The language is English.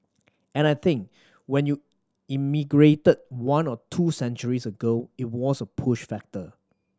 and I think when you emigrated one or two centuries ago it was a push factor